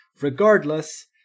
Regardless